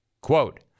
quote